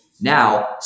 Now